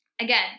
Again